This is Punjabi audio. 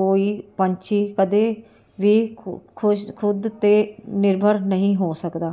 ਕੋਈ ਪੰਛੀ ਕਦੇ ਵੀ ਖੁਸ਼ ਖੁਸ਼ ਖੁਦ ਤੋਂ ਨਿਰਭਰ ਨਹੀਂ ਹੋ ਸਕਦਾ